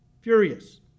Furious